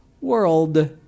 world